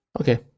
Okay